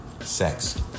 sex